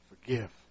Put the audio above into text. forgive